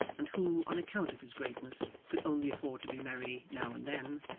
and who, on account of his greatness, could only afford to be merry now and then,